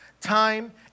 time